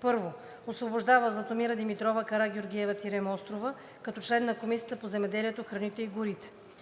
1. Освобождава Златомира Димитрова Карагеоргиева-Мострова като член на Комисията по земеделието, храните и горите.